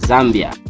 Zambia